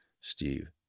Steve